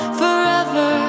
forever